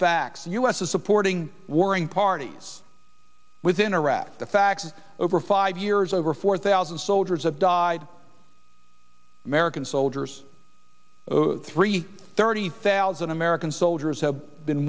facts u s is supporting warring parties within iraq the fact that over five years over four thousand soldiers have died american soldiers three thirty thousand american soldiers have been